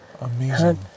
Amazing